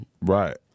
Right